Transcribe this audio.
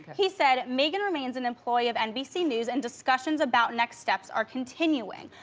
he said megyn remains an employee of nbc news and discussions about next steps are continuing.